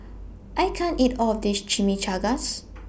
I can't eat All of This Chimichangas